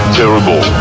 terrible